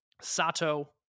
Sato